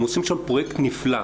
הם עושים שם פרויקט נפלא,